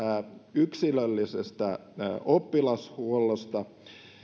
yksilöllisessä oppilashuollossa